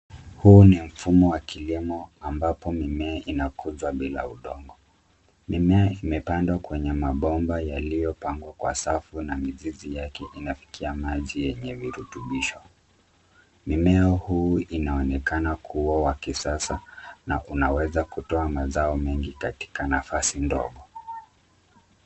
Huu ni mfumo wa kilimo ambapo mimea inakuzwa bila udongo. Mimea imepandwa kwenye mabomba yaliyopangwa kwa safu na mizizi yake inafikia maji yenye virutubisho. Mimea huu inaonekana kuwa wa kisasa na unaweza kutoa mazao mengi katika nafasi ndogo.